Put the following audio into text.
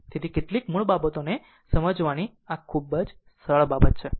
તેથી કેટલીક મૂળ બાબતોને સમજવાની આ ખૂબ જ સરળ બાબત છે